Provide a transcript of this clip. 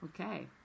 Okay